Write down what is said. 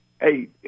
Hey